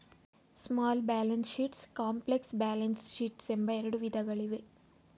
small balance sheets, complex balance sheets ಎಂಬ ಎರಡು ವಿಧಗಳಿವೆ